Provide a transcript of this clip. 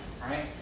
right